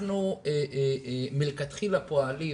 אנחנו מלכתחילה פועלים